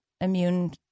immune